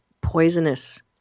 poisonous